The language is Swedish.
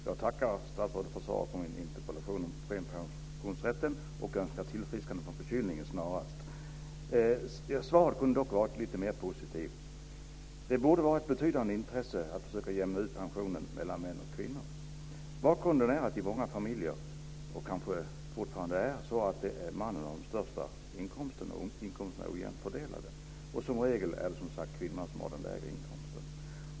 Fru talman! Jag tackar statsrådet för svaret på min interpellation om premiepensionsrätten, och jag önskar statsrådet tillfrisknande från förkylningen snarast. Svaret kunde dock ha varit lite mer positivt. Det borde vara ett betydande intresse att försöka jämna ut pensionen mellan män och kvinnor. Bakgrunden är att det i många familjer - och kanske fortfarande är så - har varit mannen som har haft den största inkomsten. Inkomsterna har varit ojämnt fördelade. Som regel är det kvinnan som har den lägre inkomsten.